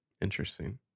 interesting